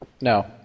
No